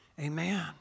Amen